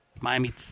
Miami